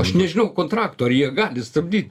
aš nežinau kontrakto ar jie gali stabdyt